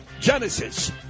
Genesis